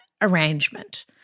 arrangement